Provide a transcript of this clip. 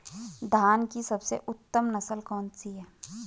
धान की सबसे उत्तम नस्ल कौन सी है?